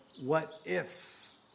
what-ifs